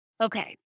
Okay